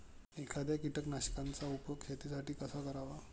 एखाद्या कीटकनाशकांचा उपयोग शेतीसाठी कसा करावा?